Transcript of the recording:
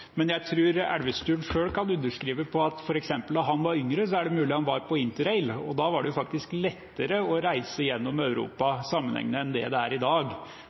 Men jeg tror Elvestuen selv kan underskrive på at f.eks. da han var yngre – det er mulig han var på Interrail – var det faktisk lettere å reise sammenhengende gjennom Europa enn det er i dag,